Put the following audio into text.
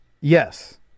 Yes